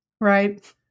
Right